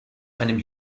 einem